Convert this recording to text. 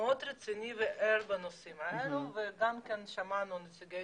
מאוד רציני וער בנושאים הללו ושמענו את נציגי